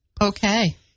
Okay